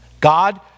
God